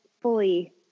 fully